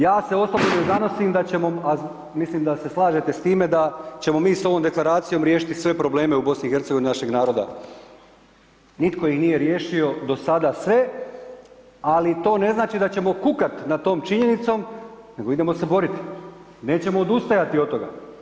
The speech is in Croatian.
Ja se osobno ne zanosim da ćemo, a mislim da se slažete s time da ćemo mi sa ovom Deklaracijom riješiti sve probleme u BiH našeg naroda, nitko ih nije riješio do sada sve, ali to ne znači da ćemo kukati nad tom činjenicom, nego idemo se boriti, nećemo odustajati od toga.